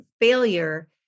failure